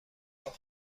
جواب